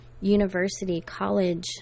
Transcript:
university-college